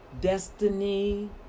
destiny